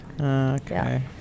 Okay